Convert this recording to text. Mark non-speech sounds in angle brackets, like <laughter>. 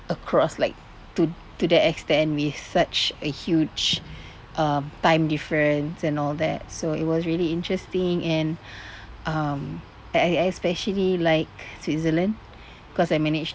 across like to to the extent with such a huge um time difference and all that so it was really interesting and <breath> um I I especially like switzerland because I managed